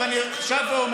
במקום שתעודדו